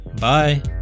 Bye